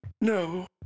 No